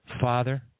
Father